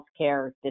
healthcare